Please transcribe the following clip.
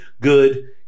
good